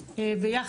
הורן,